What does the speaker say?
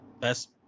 best